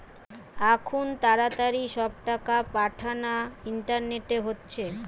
আখুন তাড়াতাড়ি সব টাকা পাঠানা ইন্টারনেটে হচ্ছে